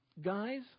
guys